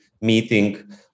meeting